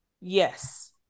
Yes